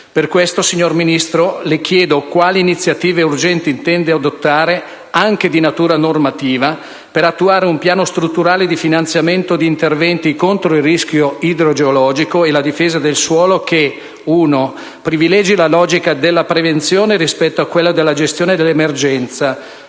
Per questo, signor Ministro, le chiedo quali iniziative urgenti intenda adottare, anche di natura normativa, per realizzare un piano strutturale di finanziamento di interventi contro il rischio idrogeologico e per la difesa del suolo che in primo luogo privilegi la logica della prevenzione rispetto a quello della gestione dell'emergenza;